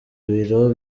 biro